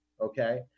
okay